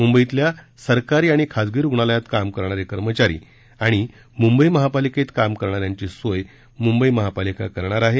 मुंबईतल्या सरकारी आणि खासगी रुग्णालयात काम करणारे कर्मचारी आणि मुंबई महापालिकेत काम करणाऱ्यांची सोय मुंबई महापालिकेतर्फे केली जाणार आहे